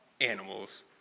animals